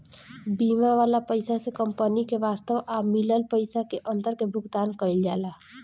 बीमा वाला पइसा से कंपनी के वास्तव आ मिलल पइसा के अंतर के भुगतान कईल जाला